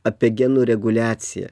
apie genų reguliaciją